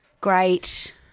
great